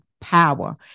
power